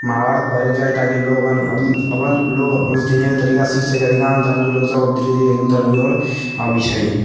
महाभारत पढ़यके चाही ताकि लोग अपन अपन लोग अपन जीनेके तरीका सीख सकए अधिकांश धर्मके लोकसभ धीरे धीरे आब हिन्दू धर्मके ओर अबै छै